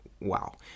wow